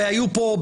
והיו פה,